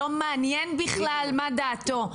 לא מעניין בכלל מה דעתו.